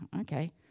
okay